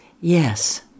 Yes